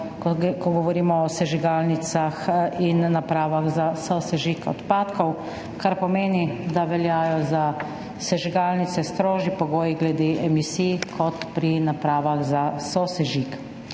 ko govorimo o sežigalnicah in napravah za sosežig odpadkov, kar pomeni, da veljajo za sežigalnice strožji pogoji glede emisij kot pri napravah za sosežig.